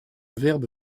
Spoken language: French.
verbe